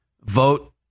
vote